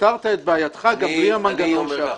פתרת את בעייתך גם בלי המנגנון שאחרי.